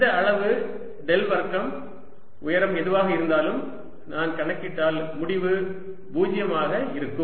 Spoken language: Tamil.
இந்த அளவு டெல் வர்க்கம் உயரம் எதுவாக இருந்தாலும் நான் கணக்கிட்டால் முடிவு 0 ஆக இருக்கும்